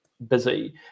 busy